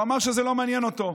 והוא אמר שזה לא מעניין אותו.